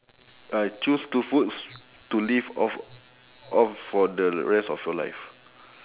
uh choose two foods to live off off for the rest of your life